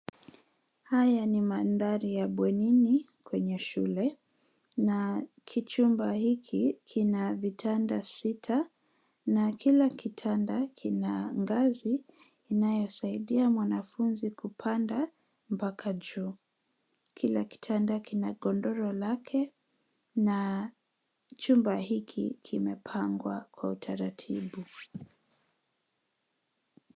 Haya ni mandhari ya bwenini kwenye shule na kichumba hiki kina vitanda sita na kila kitanda kina ngazi inayosaidia mwanafunzi kupanda mpaka juu. Kila kitanda kina godoro lake na chumba hiki kimepangwa kwa utaratibu.